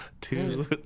Two